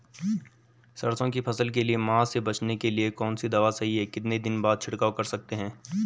सरसों की फसल के लिए माह से बचने के लिए कौन सी दवा सही है कितने दिन बाद छिड़काव कर सकते हैं?